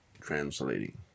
translating